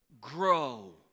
Grow